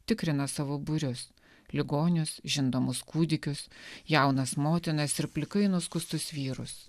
tikrina savo būrius ligonius žindomus kūdikius jaunas motinas ir plikai nuskustus vyrus